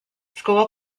school